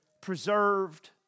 preserved